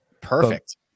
Perfect